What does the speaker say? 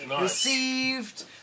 received